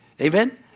Amen